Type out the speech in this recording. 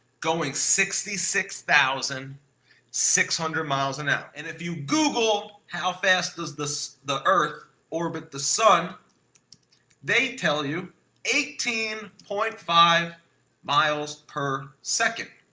going sixty six thousand six hundred miles an hour. and if you google how fast does the earth orbit the sun they tell you eighteen point five miles per second